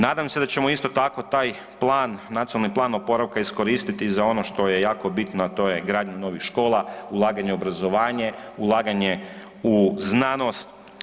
Nadam se da ćemo isto tako taj plan, Nacionalni plan oporavka iskoristiti za ono što je jako bitno, a to je gradnja novih škola, ulaganje u obrazovanje, ulaganje u znanost.